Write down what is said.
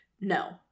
no